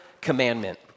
commandment